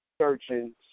searching